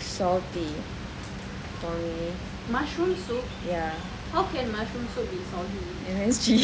salty for me ya M_S_G